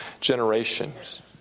generations